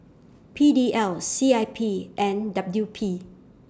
P D L C I P and W P